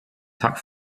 tag